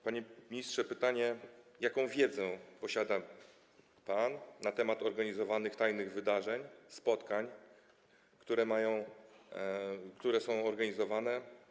Panie ministrze, pytanie: Jaką wiedzę posiada pan na temat organizowanych tajnych wydarzeń, spotkań, które są organizowane?